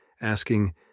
asking